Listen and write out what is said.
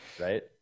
Right